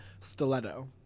stiletto